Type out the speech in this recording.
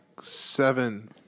seven